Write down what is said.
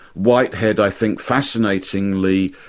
whitehead i think fascinatingly,